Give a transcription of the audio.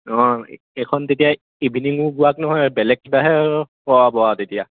অঁ এইখন তেতিয়া ইভিনিঙো ৱাক নহয় বেলেগ কিবাহে হোৱাব আৰু তেতিয়া